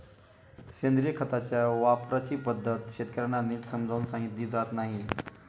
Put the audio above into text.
सेंद्रिय खताच्या वापराची पद्धत शेतकर्यांना नीट समजावून सांगितली जात नाही